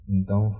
Então